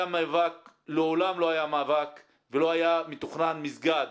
לעולם לא היה מאבק ולא היה מתוכנן מסגד